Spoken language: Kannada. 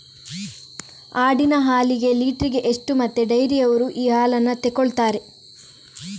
ಆಡಿನ ಹಾಲಿಗೆ ಲೀಟ್ರಿಗೆ ಎಷ್ಟು ಮತ್ತೆ ಡೈರಿಯವ್ರರು ಈ ಹಾಲನ್ನ ತೆಕೊಳ್ತಾರೆ?